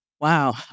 Wow